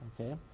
okay